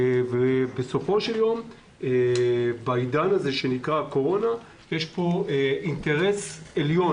בסופו של יום בעידן הקורונה יש פה אינטרס עליון